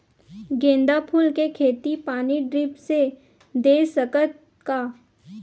गेंदा फूल के खेती पानी ड्रिप से दे सकथ का?